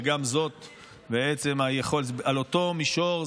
וגם זה על אותו מישור,